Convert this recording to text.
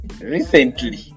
recently